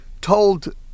told